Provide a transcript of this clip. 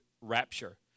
rapture